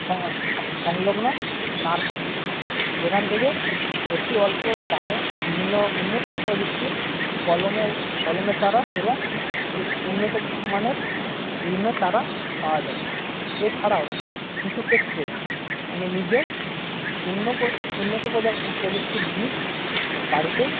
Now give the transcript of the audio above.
সংলগ্ন নার্সারি যেখান থেকে অতি অল্প দামে বিভিন্ন উন্নত প্রযুক্তির কলমের কলমের চারা এবং উন্নত মানের বিভিন্ন চারা পাওয়া যায় এছাড়াও কিছু ক্ষেত্রে আমি নিজেও উন্নত প্রযুক্তির বীজ বাড়িতেই